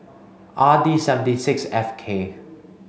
R D seventy six F K